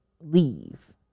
leave